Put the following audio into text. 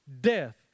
death